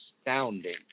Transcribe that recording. astounding